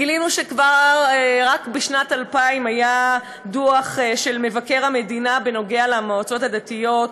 גילינו שרק בשנת 2000 היה דוח של מבקר המדינה בנוגע למועצות הדתיות,